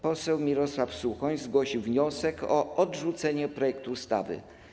Poseł Mirosław Suchoń zgłosił wniosek o odrzucenie projektu ustawy.